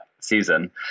season